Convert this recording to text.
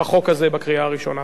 בחוק הזה בקריאה הראשונה.